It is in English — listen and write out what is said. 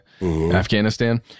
Afghanistan